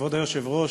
כבוד היושב-ראש,